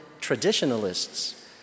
traditionalists